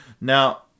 Now